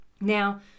Now